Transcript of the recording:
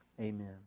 amen